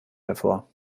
hervor